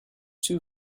too